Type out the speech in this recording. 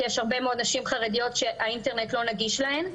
כי יש הרבה מאוד נשים חרדיות שהאינטרנט לא נגיש להן.